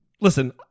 Listen